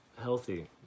healthy